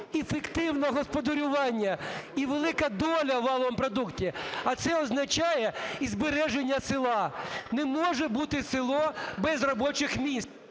ефективне господарювання і велика доля в валовому продукті, а це означає і збереження села. Не може бути село без робочих місць…